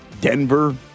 Denver